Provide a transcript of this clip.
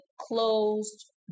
closed